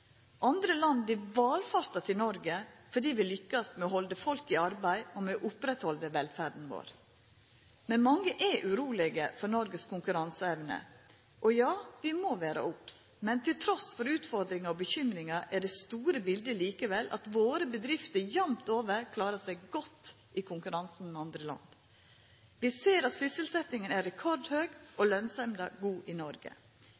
Andre land valfartar til Noreg fordi vi lykkast med å halda folk i arbeid, og vi opprettheld velferda vår. Men mange er urolege for Noregs konkurranseevne. Ja, vi må vera obs. Trass i utfordringar og bekymringar er det store biletet likevel at våre bedrifter jamt over klarar seg godt i konkurransen med andre land. Vi ser at sysselsetjinga er rekordhøg, og at lønsemda er god i Noreg.